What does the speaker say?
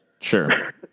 sure